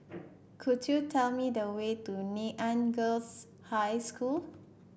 could you tell me the way to Nanyang Girls' High School